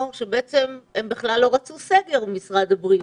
שבעצם הם בכלל לא רצו סגר במשרד הבריאות,